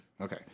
okay